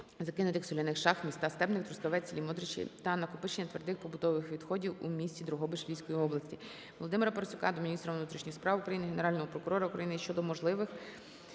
закинутих соляних шахт у містах Стебник, Трускавець, селі Модричі та накопичення твердих побутових відходів у місті Дрогобич Львівської області. ВолодимираПарасюка до міністра внутрішніх справ України, Генерального прокурора України щодо можливих